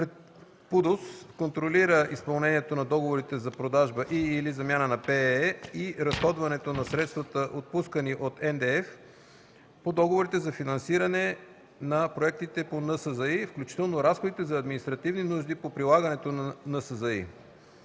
среда контролира изпълнението на договорите за продажба и/или замяна на ПЕЕ и разходването на средствата, отпускани от НДЕФ, по договорите за финансиране на проектите по НСЗИ, включително разходите за административни нужди по прилагането на НСЗИ.